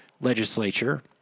legislature